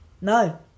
No